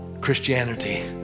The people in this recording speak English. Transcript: Christianity